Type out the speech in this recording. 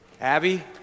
Abby